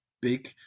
big